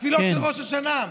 התפילות של ראש השנה,